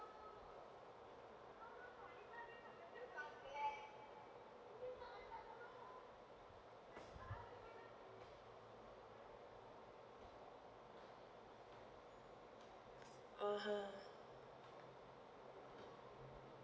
(uh huh)